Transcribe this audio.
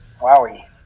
Wowie